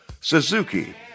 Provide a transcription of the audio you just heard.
Suzuki